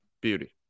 beauty